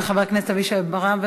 תודה רבה לחבר הכנסת אבישי ברוורמן,